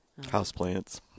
Houseplants